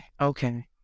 Okay